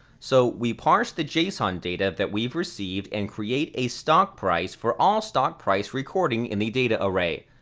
so, we parse the json data that we've received and create a stockprice for all stock price recording in the data array.